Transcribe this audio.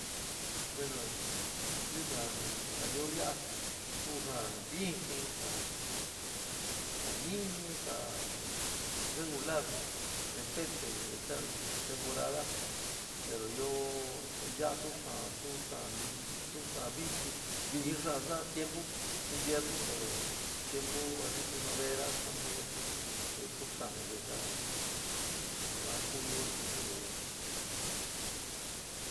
Bueno clima ja ɨó ya'a ku ja vɨjin, ja níní, ja regular, depende de que sea el temporada pero ɨó ya'á tu xaán, tu xaán vijin, viji xaán sa'á tiempu inviernu pero tiempu asi primavera, tiempu asi tu xaán que sea yuan ku yoó ichi ñuýo ya'a.